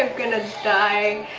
um gonna die.